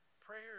prayer